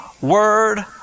word